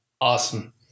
awesome